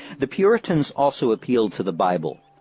the puritans also appealed to the bible,